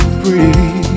free